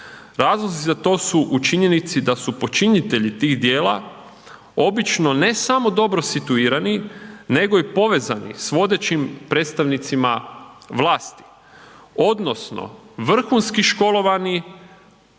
Razlozi za to su u činjenici da su počinitelji tih djela obično ne samo dobro situirani nego i povezani s vodećim predstavnicima vlasti odnosno vrhunski školovani,